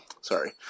Sorry